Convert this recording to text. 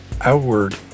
outward